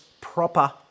proper